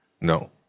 No